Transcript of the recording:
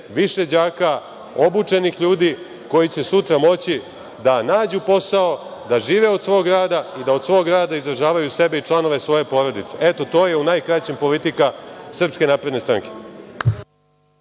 više đaka, obučenih ljudi koji će sutra moći da nađu posao, da žive od svog rada i da od svog rada izdržavaju sebe i članove svoje porodice. Eto, to je u najkraćem politika SNS. **Maja